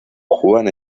juan